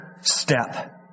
step